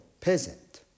peasant